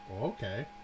okay